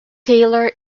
taylor